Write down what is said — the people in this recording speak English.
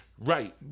Right